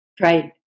Right